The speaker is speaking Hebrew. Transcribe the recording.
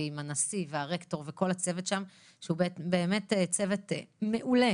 עם הרקטור וכל הצוות שם שהוא באמת צוות מעולה